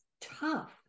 tough